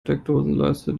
steckdosenleiste